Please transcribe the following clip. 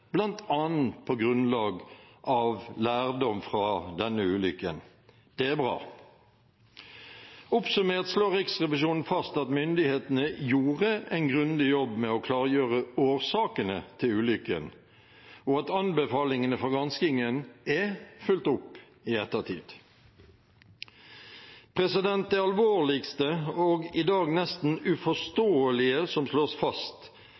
på grunnlag av lærdom fra denne ulykken – det er bra. Oppsummert slår Riksrevisjonen fast at myndighetene gjorde en grundig jobb med å klargjøre årsakene til ulykken, og at anbefalingene fra granskingen er fulgt opp i ettertid. Det alvorligste – og i dag nesten uforståelige – som slås fast,